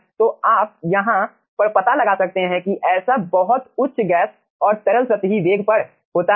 तो आप यहाँ पर पता लगा सकते हैं कि ऐसा बहुत उच्च गैस और तरल सतही वेग पर होता है